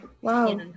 Wow